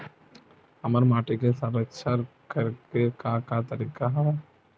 हमर माटी के संरक्षण करेके का का तरीका हवय?